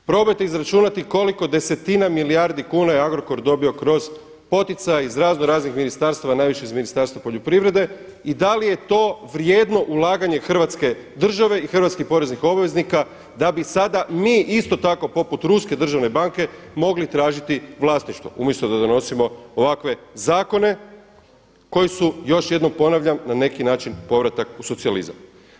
Probajte izračunati koliko desetina milijardi kuna je Agrokor dobio kroz poticaj iz raznoraznih ministarstava, a najviše iz Ministarstva poljoprivrede i da li je to vrijedno ulaganje Hrvatske države i hrvatskih poreznih obveznika da bi sada mi isto tako poput ruske državne banke mogli tražiti vlasništvo, mjesto da donosimo ovakve zakone koji su još jednom ponavljam, na neki način povratak u socijalizam.